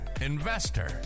investor